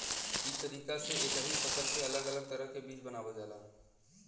ई तरीका से एक ही फसल के अलग अलग तरह के बीज बनावल जाला